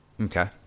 Okay